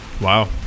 wow